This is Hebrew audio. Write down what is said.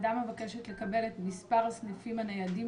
הוועדה מבקשת לקבל את מספר הסניפים הניידים